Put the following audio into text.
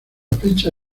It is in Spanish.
fecha